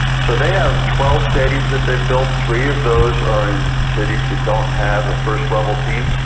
so they have twelve stadiums that they've built, three of those are in cities that don't have a first level team.